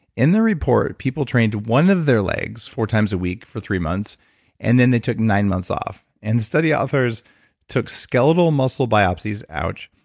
in the report, people trained one of their legs four times a week for three months and then they took nine months off and the study authors took skeletal muscle biopsies, ouch,